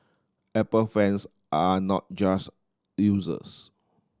apple fans are not just users